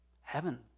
heaven